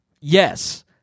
yes